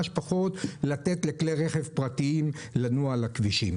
שפחות לתת לכלי רכב פרטיים לנוע על הכבישים.